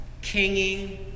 Kinging